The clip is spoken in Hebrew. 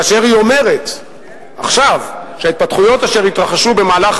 כאשר היא אומרת עכשיו שההתפתחויות אשר התרחשו במהלך